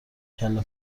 کله